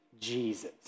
Jesus